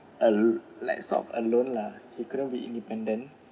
a likes of alone lah he couldn't be independent